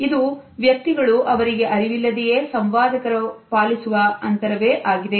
ಇದು ವ್ಯಕ್ತಿಗಳು ಅವರಿಗೆ ಅರಿವಿಲ್ಲದೆಯೇ ಸಂವಾದಕರ ಪಾಲಿಸುವ ಅಂತರವೇ ಆಗಿದೆ